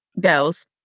girls